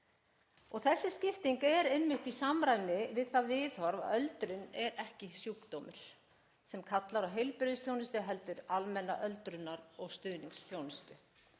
Sú skipting er í samræmi við það viðhorf að öldrun sé ekki sjúkdómur sem kallar á heilbrigðisþjónustu heldur almenna öldrunar- og stuðningsþjónustu.“